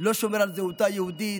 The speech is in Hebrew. לא שומר על הזהות היהודית,